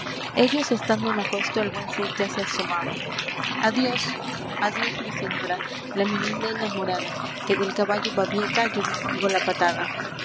ellos estando en aquesto el buen cid ya se asomaba adios adios mi señora la mi linda enamorada que del caballo babieca yo bien oigo la patada